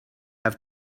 have